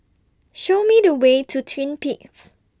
Show Me The Way to Twin Peaks